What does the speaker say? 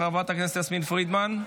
חברת הכנסת יסמין פרידמן,